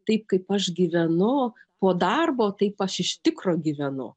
taip kaip aš gyvenu po darbo taip aš iš tikro gyvenu